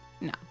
no